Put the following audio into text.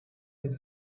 could